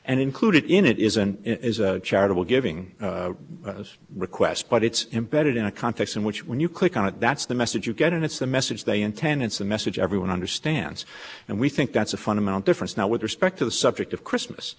and included in it isn't charitable giving those requests but it's imbedded in a context in which when you click on it that's the message you get and it's the message they intend it's the message everyone understands and we think that's a fundamental difference now with respect to the subject of christmas